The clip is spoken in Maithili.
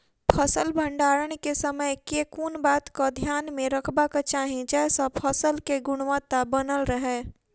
फसल भण्डारण केँ समय केँ कुन बात कऽ ध्यान मे रखबाक चाहि जयसँ फसल केँ गुणवता बनल रहै?